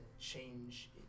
change